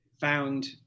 found